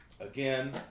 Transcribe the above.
again